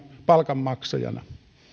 palkanmaksajana